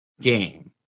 game